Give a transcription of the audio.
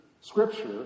scripture